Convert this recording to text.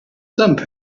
some